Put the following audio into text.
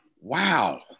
Wow